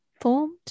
formed